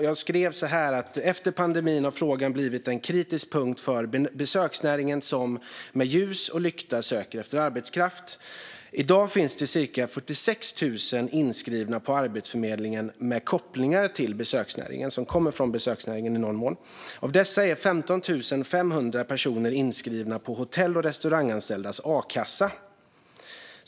Jag skrev: "Efter pandemin har frågan blivit en kritisk punkt för besöksnäringen som, med ljus och lykta, söker efter arbetskraft. I dag finns det cirka 46 000 inskrivna på Arbetsförmedlingen med kopplingar till branschen. Av dessa är 15 500 personer inskrivna på Hotell och restauranganställdas a-kassa.